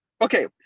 okay